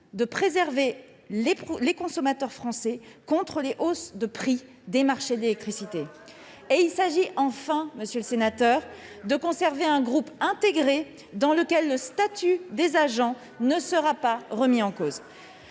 de préserver les consommateurs français contre les hausses de prix des marchés de l'électricité. Il s'agit, enfin, monsieur le sénateur, de conserver un groupe intégré dans lequel le statut des agents ne sera pas remis en cause.